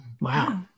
Wow